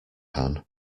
pan